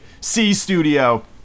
C-studio